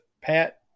Pat